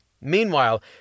Meanwhile